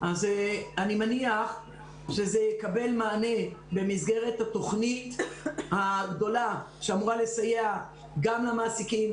אני מניח שזה יקבל מענה במסגרת התכנית הגדולה שאמורה לסייע גם למעסיקים,